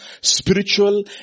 spiritual